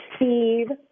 Steve